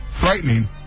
Frightening